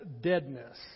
deadness